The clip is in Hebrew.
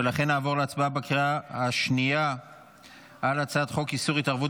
ולכן נעבור להצבעה בקריאה השנייה על הצעת חוק איסור התערבות